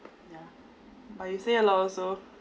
yeah but you say a lot also